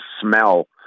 smell